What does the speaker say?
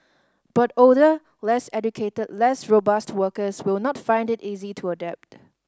but older less educated less robust workers will not find it easy to adapt